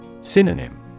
Synonym